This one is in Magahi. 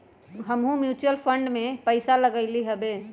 हमहुँ म्यूचुअल फंड में पइसा लगइली हबे